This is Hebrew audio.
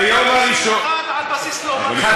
על בסיס לאומני,